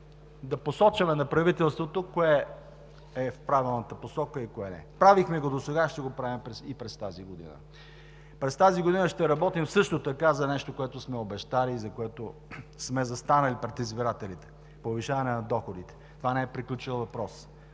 да посочваме на правителството кое е в правилната посока и кое не е. Правихме го досега, ще го правим и през тази година. През тази година ще работим също така за нещо, което сме обещали, за което сме застанали пред избирателите – повишаването на доходите. Това не е приключил въпрос.